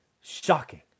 Shocking